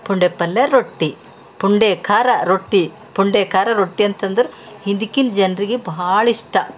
ಪುಂಡೆ ಪಲ್ಯ ರೊಟ್ಟಿ ಪುಂಡೆ ಖಾರ ರೊಟ್ಟಿ ಪುಂಡೆ ಖಾರ ರೊಟ್ಟಿ ಅಂತಂದ್ರೆ ಹಿಂದಿಕಿನ ಜನರಿಗೆ ಬಹಾಳಿಷ್ಟ